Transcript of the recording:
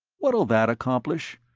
what'll that accomplish?